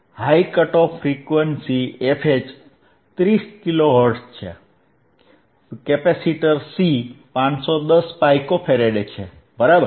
high cut off frequency fH 30 kilo hertz છે capacitor C 510 pico farad છે બરાબર